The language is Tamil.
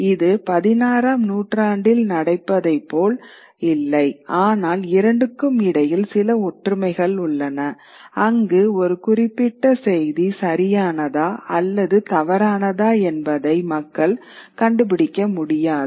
இது 16 ஆம் நூற்றாண்டில் நடப்பதைப் போல் இல்லை ஆனால் இரண்டுக்கும் இடையில் சில ஒற்றுமைகள் உள்ளன அங்கு ஒரு குறிப்பிட்ட செய்தி சரியானதா அல்லது தவறானதா என்பதை மக்கள் கண்டுபிடிக்க முடியாது